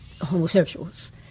homosexuals